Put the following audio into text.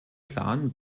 plan